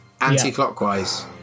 anti-clockwise